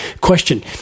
Question